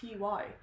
TY